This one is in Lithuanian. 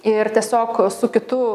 ir tiesiog su kitu